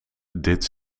dit